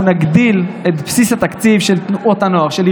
נגדיל את בסיס התקציב של תנועות הנוער,